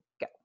go